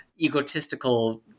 egotistical